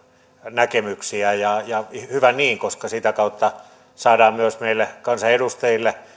näkemyksiä ja hyvä niin koska sitä kautta saadaan myös meille kansanedustajille